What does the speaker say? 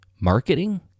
marketing